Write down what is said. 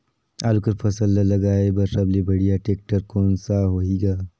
आलू कर फसल ल लगाय बर सबले बढ़िया टेक्टर कोन सा होही ग?